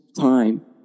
time